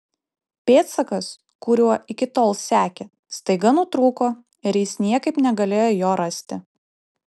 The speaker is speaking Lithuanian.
pėdsakas kuriuo iki tol sekė staiga nutrūko ir jis niekaip negalėjo jo rasti